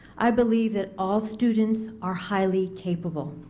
i believe that all students are highly capable.